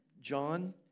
John